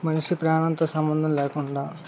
మనిషి ప్రాణంతో సంబంధం లేకుండా